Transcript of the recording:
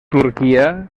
turquia